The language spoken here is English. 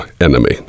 enemy